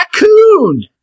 raccoon